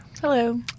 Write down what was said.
Hello